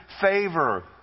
favor